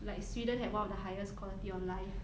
like sweden had one of the highest quality of life